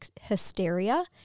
hysteria